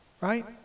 right